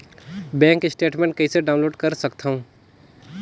Bank statement कइसे download कर सकथव?